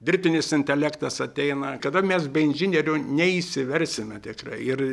dirbtinis intelektas ateina kada mes be inžinierių neišsiversime tikrai ir